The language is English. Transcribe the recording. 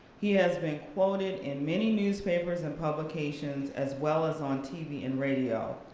he has been quoted in many newspapers and publications, as well as, on tv and radio.